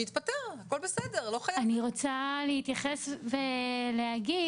להסתיים עד ל-1 בנובמבר 2021. הרציונל בהסדר שגיבשנו,